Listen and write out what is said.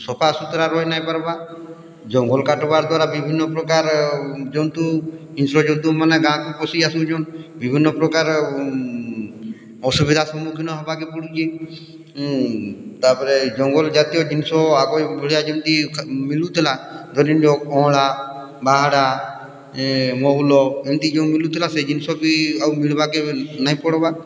ସଫାସୁତୁରା ରହିନାଇଁପାର୍ବା ଜଙ୍ଗଲ୍ କାଟ୍ବାର୍ ଦ୍ୱାରା ବିଭିନ୍ନପ୍ରକାର ଜନ୍ତୁ ହିଂସ୍ର ଜନ୍ତୁମାନେ ଗାଁକୁ ପଶିଆସୁଛନ୍ ବିଭିନ୍ନପ୍ରକାର ଅସୁବିଧାର୍ ସମ୍ମୁଖୀନ ହେବାକେ ପଡ଼ୁଛେ ତା'ପରେ ଜଙ୍ଗଲଜାତୀୟ ଜିନିଷ ଆଗଭଳିଆ ଯେମିତି ମିଲୁଥିଲା ଧରିନିଅ ଅଁଳା ବାହାଡା ମହୁଲ ଏମିତି ଯଉ ମିଲୁଥିଲା ସେ ଜିନିଷ ବି ଆଉ ମିଳିବାକେ ନାଇଁ ପଡ଼୍ବା